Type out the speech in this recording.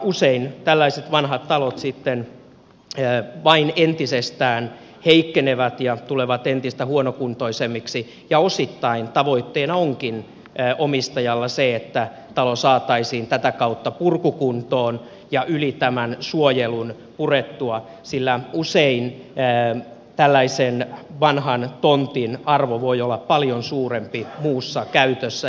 usein tällaiset vanhat talot sitten vain entisestään heikkenevät ja tulevat entistä huonokuntoisemmiksi ja osittain tavoitteena onkin omistajalla se että talo saataisiin tätä kautta purkukuntoon ja yli tämän suojelun purettua sillä usein tällaisen vanhan tontin arvo voi olla paljon suurempi muussa käytössä